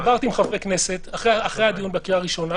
דיברתי עם חברי כנסת אחרי הדיון בקריאה הראשונה,